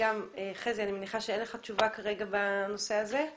חזי, אני מניחה שאין לך תשובה כרגע בנושא הזה.